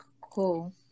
cool